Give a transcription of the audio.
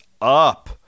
up